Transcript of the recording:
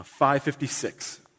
556